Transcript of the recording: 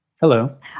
Hello